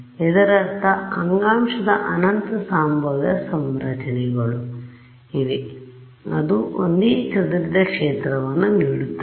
ಇದರರ್ಥ ಅಂಗಾಂಶದ ಅನಂತ ಸಂಭಾವ್ಯ ಸಂರಚನೆಗಳು ಇವೆ ಅದು ಒಂದೇ ಚದುರಿದ ಕ್ಷೇತ್ರವನ್ನು ನೀಡತ್ತದೆ